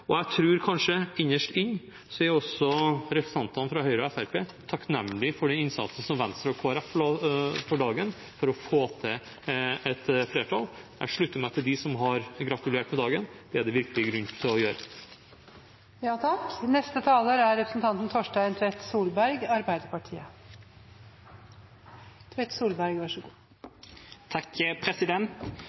og jeg tror kanskje at innerst inne er også representantene for Høyre og Fremskrittspartiet takknemlige for den innsatsen som Venstre og Kristelig Folkeparti la for dagen for å få til et flertall. Jeg slutter meg til dem som har gratulert med dagen. Det er det virkelig grunn til å